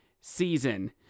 season